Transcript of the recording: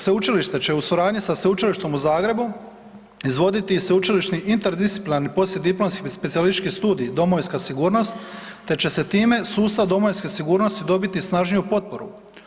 Sveučilište će u suradnji sa Sveučilištem u Zagrebu izvoditi i sveučilišni interdisciplinarni poslijediplomski specijalistički studij – domovinska sigurnost te će se time sustav domovinske sigurnosti dobiti snažniju potporu.